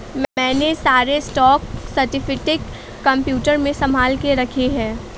मैंने सारे stock certificate computer में संभाल के रखे हैं